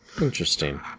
Interesting